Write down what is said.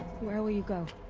where will you go?